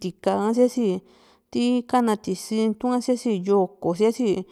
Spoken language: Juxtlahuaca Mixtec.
tiká ha síasi ti kana tisi itu´n ha síasi yó´ko síasi